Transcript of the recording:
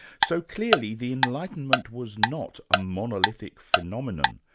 so clearly the enlightenment was not a monolithic phenomenon,